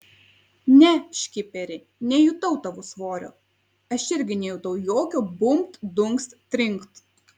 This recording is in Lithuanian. ne škiperi nejutau tavo svorio aš irgi nejutau jokio bumbt dunkst trinkt